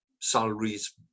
salaries